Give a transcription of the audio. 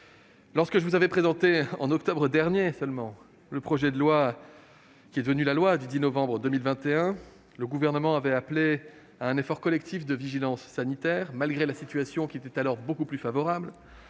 lorsque je vous avais présenté, en octobre dernier seulement, le projet de loi qui est devenu la loi du 10 novembre 2021, j'avais appelé à un effort collectif de vigilance sanitaire- la situation était alors pourtant beaucoup plus favorable